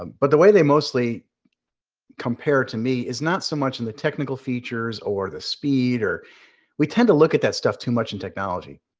um but the way they mostly compare to me is not so much in the technical features or the speed. we tend to look at that stuff too much in technology.